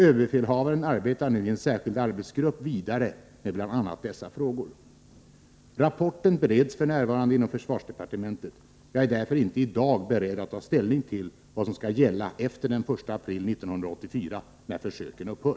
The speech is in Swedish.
Överbefälhavaren arbetar nu i en särskild arbetsgrupp vidare med bl.a. dessa frågor. Rapporten bereds f.n. inom försvarsdepartementet. Jag är därför inte i dag beredd att ta ställning till vad som skall gälla efter den 1 april 1984, när försöken upphör.